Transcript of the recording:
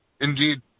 Indeed